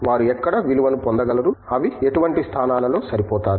వారు ఎక్కడ విలువను పొందగలరు అవి ఎటువంటి స్థానాలలో సరిపోతారు